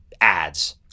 ads